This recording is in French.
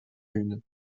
une